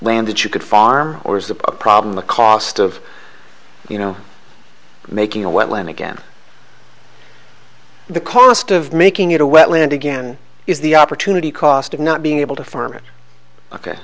land that you could farm or is the problem the cost of you know making a wetland again the cost of making it a wetland again is the opportunity cost of not being able to farm it o